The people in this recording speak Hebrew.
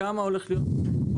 כמה הולך להיות פה,